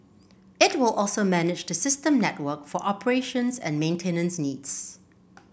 it will also manage the system network for operations and maintenance needs